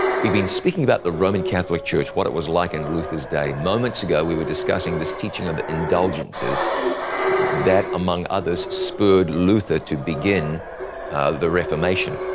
we've been speaking about the roman catholic church, what it was like in luther's day. moments ago, we were discussing this teaching of indulgences that, among others, spurred luther to begin the reformation.